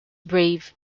brave